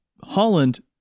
Holland